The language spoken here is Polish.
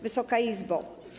Wysoka Izbo!